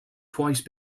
twice